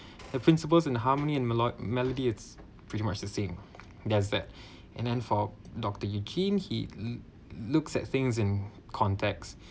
the principles and harmony and melo~ melody it's pretty much the same that's that and then for doctor eugene he loo~ looks at things in context